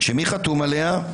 שמי חתום עליה?